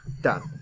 Done